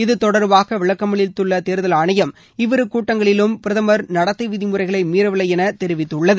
இத்தொடர்பாக விளக்கமளித்துள்ள தேர்தல் ஆணையம் இவ்விரு கூட்டங்களிலும் பிரதமர் நடத்தை விதிமுறைகளை மீறவில்லை என தெரிவித்துள்ளது